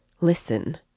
Listen